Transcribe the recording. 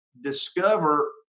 discover